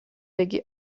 بگی